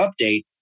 update